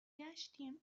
گشتیم